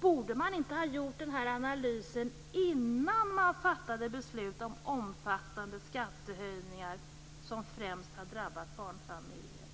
Borde man inte ha gjort denna analys innan man fattade beslut om omfattande skattehöjningar som främst har drabbat barnfamiljer?